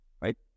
right